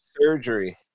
surgery